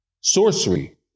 sorcery